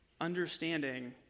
understanding